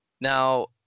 now